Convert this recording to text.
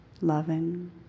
loving